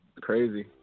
Crazy